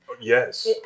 yes